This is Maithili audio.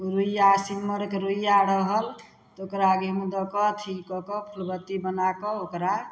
रुइया सिम्मरके रुइया रहल ओकरा गेहुम दऽ कऽ अथी कऽ कऽ बत्ती बना कऽ ओकरा